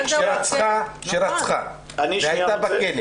שרצחה והייתה בכלא.